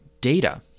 data